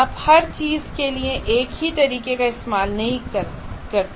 आप हर चीज के लिए एक ही तरीके का इस्तेमाल नहीं करना चाहते